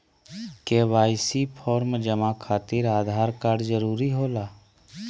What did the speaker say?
KYC form जमा खातिर Aadhaar card जरूरी होला?